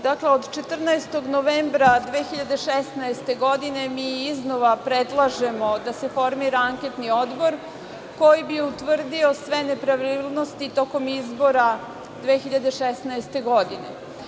Dakle, od 14. novembra 2016. godine mi iznova predlažemo da se formira anketni odbor koji bi utvrdio sve nepravilnosti tokom izbora 2016. godine.